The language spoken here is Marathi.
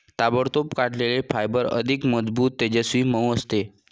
ताबडतोब काढलेले फायबर अधिक मजबूत, तेजस्वी, मऊ असते